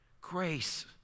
grace